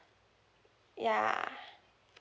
ya